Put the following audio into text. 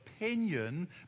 opinion